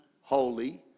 holy